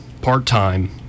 part-time